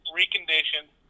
reconditioned